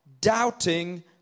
doubting